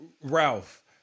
Ralph